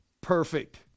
perfect